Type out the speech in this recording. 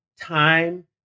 Time